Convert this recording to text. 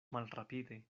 malrapide